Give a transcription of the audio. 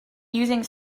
using